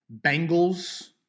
Bengals